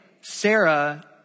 Sarah